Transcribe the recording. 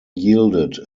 yielded